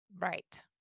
Right